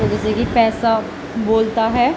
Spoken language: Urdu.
جیسے کہ پیسہ بولتا ہے